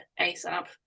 ASAP